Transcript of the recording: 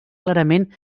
clarament